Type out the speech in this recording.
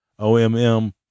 OMM